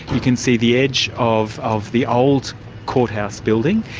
we can see the edge of of the old court house building,